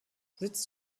sitz